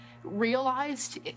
Realized